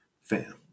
fam